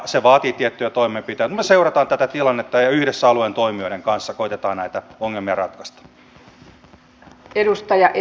se vaatii tiettyjä toimenpiteitä mutta me seuraamme tätä tilannetta ja yhdessä alueen toimijoiden kanssa koetamme näitä ongelmia ratkaista